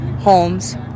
homes